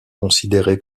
considérée